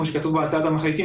כמו שכתוב בהצעת המחליטים,